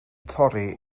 torri